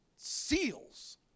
Seals